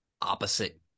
opposite